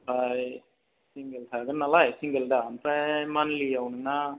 ओमफ्राय सिंगोल थागोन नालाय सिंगोल दा ओमफ्राय मान्थलियाव नोंना